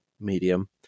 medium